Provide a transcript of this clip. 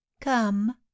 come